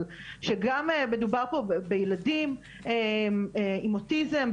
אבל שגם מדובר פה בילדים עם אוטיזם,